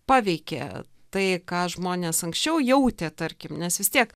paveikia tai ką žmonės anksčiau jautė tarkim nes vis tiek